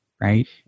right